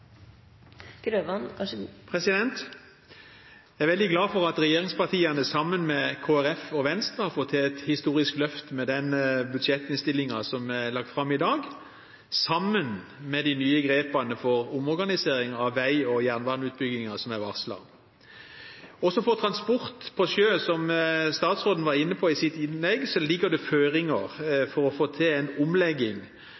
veldig glad for at regjeringspartiene sammen med Kristelig Folkeparti og Venstre har fått til et historisk løft med den budsjettinnstillingen som har blitt lagt fram i dag, sammen med de nye grepene for omorganisering av vei- og jernbaneutbyggingen som er varslet. Også for transport på sjø, som statsråden var inne på i sitt innlegg, ligger det føringer